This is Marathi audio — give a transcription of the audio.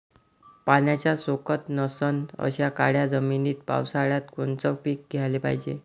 पाण्याचा सोकत नसन अशा काळ्या जमिनीत पावसाळ्यात कोनचं पीक घ्याले पायजे?